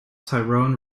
tyrone